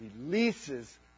releases